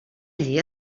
allí